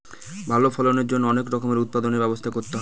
ভালো ফলনের জন্যে অনেক রকমের উৎপাদনর ব্যবস্থা করতে হয়